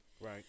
Right